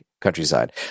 Countryside